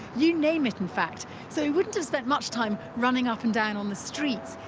you name it, in fact so he wouldn't have spent much time running up and down on the streets.